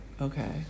Okay